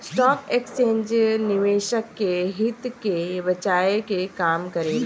stock exchange निवेशक के हित के बचाये के काम करेला